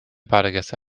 badegäste